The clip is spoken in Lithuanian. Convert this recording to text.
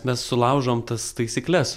mes sulaužom tas taisykles